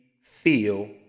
feel